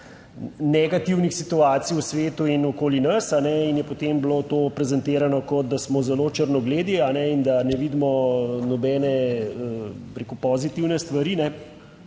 negativnih situacij v svetu in okoli nas in je potem bilo to prezentirano, kot da smo zelo črnogledi in da ne vidimo nobene, bi rekel, pozitivne stvari.